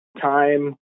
time